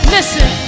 Listen